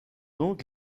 donc